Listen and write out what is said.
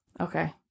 Okay